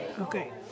Okay